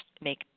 make